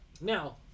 Now